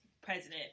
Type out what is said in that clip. president